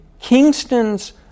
Kingston's